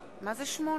לוין,